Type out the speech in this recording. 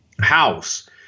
house